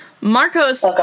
Marcos